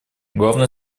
главной